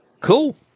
Cool